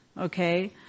Okay